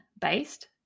based